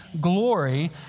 glory